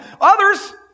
Others